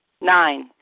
Nine